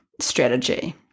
strategy